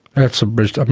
that's a bridge. i mean,